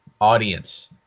audience